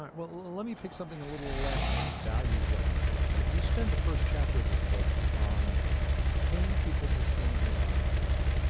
um well let me pick something a little less value-judgment based. you spend the first chapter of this book on paying people to stand in line for you,